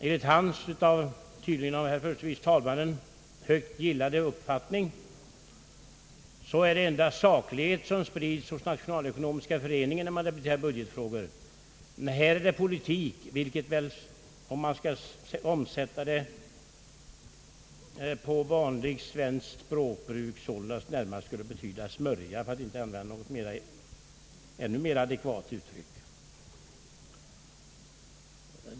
Enligt herr Strängs — tydligen av herr förste vice talmannen högt gillade — uppfattning sprids saklighet endast hos Nationalekonomiska föreningen när budgetfrågor diskuteras. Här är det politik, vilket om man skulle omsätta det till vanligt svenskt språkbruk närmast skulle betyda smörja, för att inte använda något ännu mera adekvat uttryck.